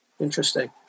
Interesting